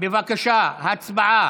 נגד,